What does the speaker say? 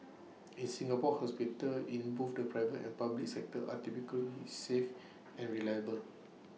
in Singapore hospitals in both the private and public sectors are typically safe and reliable